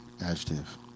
adjective